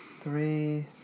Three